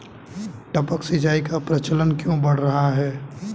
टपक सिंचाई का प्रचलन क्यों बढ़ रहा है?